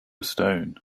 stone